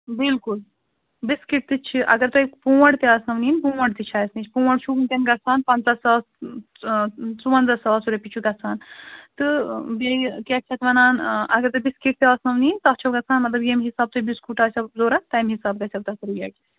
بِلکُل بِسکِٹ تہِ چھِ اگر تۄہہِ پونٛڈ تہِ آسنو نِنۍ پونٛڈ تہِ چھِ اَسہِ نِش پونٛڈ چھُ وُنکٮ۪ن گژھان پَنٛژاہ ساس ژُوَنٛزاہ ساس رۄپیہِ چھُ گژھان تہٕ بیٚیہِ کیٛاہ چھِ اَتھ وَنان اگر تُہۍ بِسکِٹ تہِ آسنو نِنۍ تَتھ چھُ گژھان مطلب ییٚمہِ حِسابہٕ تۄہہِ بِسکُٹ آسٮ۪و ضروٗرت تَمہِ حِساب گژھو تَتھ ریٹ